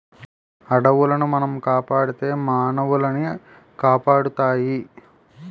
అడవులను మనం కాపాడితే మానవులనవి కాపాడుతాయి